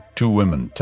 two-women